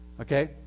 Okay